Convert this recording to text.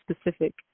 specific